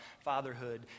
fatherhood